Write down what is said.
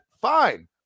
Fine